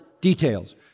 details